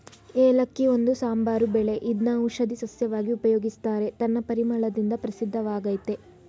ಏಲಕ್ಕಿ ಒಂದು ಸಾಂಬಾರು ಬೆಳೆ ಇದ್ನ ಔಷಧೀ ಸಸ್ಯವಾಗಿ ಉಪಯೋಗಿಸ್ತಾರೆ ತನ್ನ ಪರಿಮಳದಿಂದ ಪ್ರಸಿದ್ಧವಾಗಯ್ತೆ